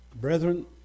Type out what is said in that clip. Brethren